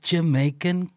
Jamaican